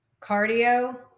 cardio